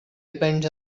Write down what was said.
depends